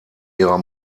ihrer